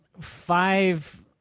five